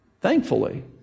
thankfully